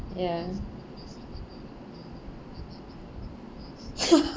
ya